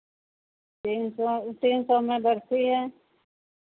तीन सौ तीन सौ में बर्फ़ी है